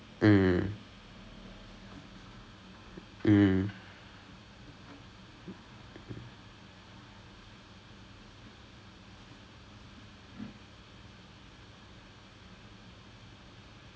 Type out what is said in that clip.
அதெல்லாம் இப்படியே போயிரும் இல்லையா:athellaam ippadiye poyirum illaiyaa with all your expenses and everything so I mean I guess there is something extra that err that they search for it like எனக்கு வந்து என்னன்னா:enakku vanthu ennannaa I don't mind doing a வேலை:velai that I'm not passionate about